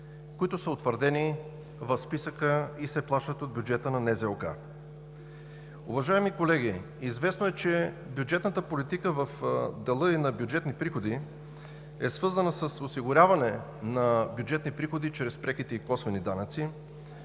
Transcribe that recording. които са утвърдени в списъка и се плащат от бюджета на НЗОК. Уважаеми колеги, известно е, че бюджетната политика в дела и на бюджетни приходи е свързана с осигуряване на бюджетни приходи чрез преките и косвените данъци.